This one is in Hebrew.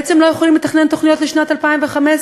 בעצם לא יכולים לתכנן תוכניות לשנת 2015,